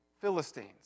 Philistines